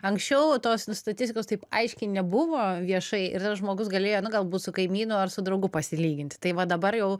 anksčiau tos nu statistikos taip aiškiai nebuvo viešai dar žmogus galėjo na galbūt su kaimynu ar su draugu pasilyginti tai va dabar jau